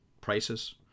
prices